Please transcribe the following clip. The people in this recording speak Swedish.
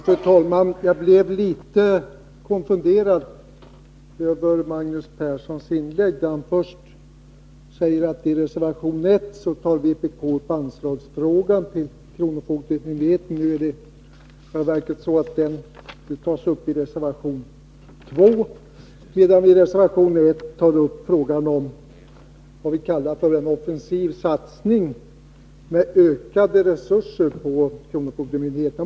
Fru talman! Jag blev litet konfunderad över Magnus Perssons inlägg, där han först sade att vpk i reservation 1 tar upp anslagsfrågan till kronofogdemyndigheterna. I själva verket tas den frågan upp i reservation 2. I reservation 1 tar vi upp frågan om vad vi kallar för en offensiv satsning med ökade resurser för kronofogdemyndigheterna.